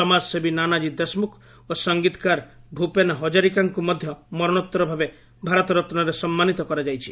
ସମାଜସେବୀ ନାନାଟ୍ଟୀ ଦେଶମୁଖ ଓ ସଙ୍ଗୀତକାର ଭୂପେନ୍ ହଜାରିକାଙ୍କୁ ମଧ୍ୟ ମରଣୋତ୍ତର ଭାବେ ଭାରତରତ୍ୱରେ ସମ୍ମାନିତ କରାଯାଇଛି